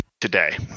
today